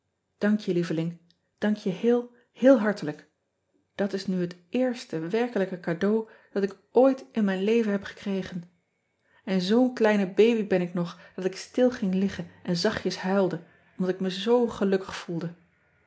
ank je lieveling dank je heel héél hartelijk at is nu het eerste werkelijke cadeau dat ik ooit in mijn leven heb gekregen n zoo n kleine baby ben ik nog dat ik stil ging liggen en zachtjes huilde omdat ik me zoo gelukkig voelde